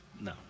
No